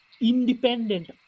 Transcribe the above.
independent